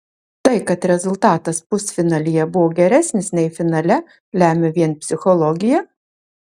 tai kad rezultatas pusfinalyje buvo geresnis nei finale lemia vien psichologija